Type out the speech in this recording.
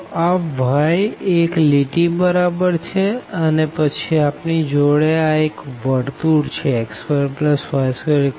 તો આ y એક લાઈન બરાબર છેઅને પછી આપણી જોડે આ એક સર્કલ છે x2y24